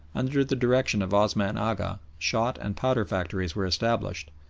under the direction of osman agha, shot and powder factories were established,